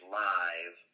live